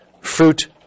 fruit